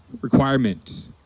Requirement